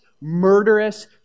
murderous